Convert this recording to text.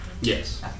Yes